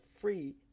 free